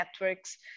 networks